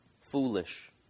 foolish